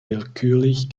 willkürlich